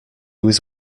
was